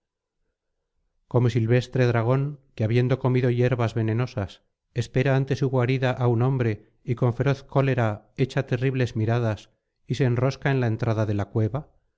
como silvestre dragón que habiendo comido hierbas venenosas espera ante su guarida á un hombre y con feroz cólera echa terribles miradas y se enrosca en la entrada de la cueva